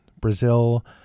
brazil